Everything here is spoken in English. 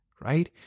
right